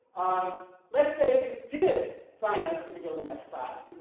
um let's say you did sign up for the gilgamesh class.